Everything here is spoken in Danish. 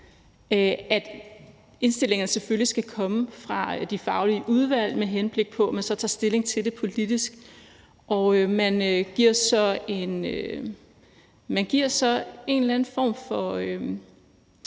indstillingerne selvfølgelig skal komme fra de faglige udvalg, med henblik på at man så tager stilling til det politisk. Man giver så en eller anden form for